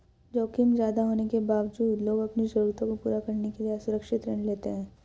जोखिम ज्यादा होने के बावजूद लोग अपनी जरूरतों को पूरा करने के लिए असुरक्षित ऋण लेते हैं